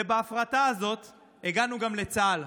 ובהפרטה הזאת הגענו גם לצה"ל.